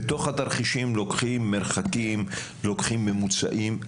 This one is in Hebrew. בתוך התרחישים לוקחים מרחקים, לוקחים ממוצעים.